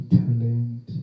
talent